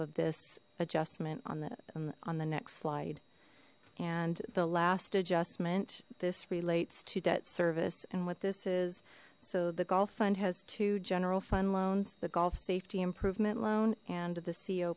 of this adjustment on the on the next slide and the last adjustment this relates to debt service and what this is so the gulf fund has two general fund loans the gulf safety improvement loan and the